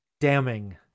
damning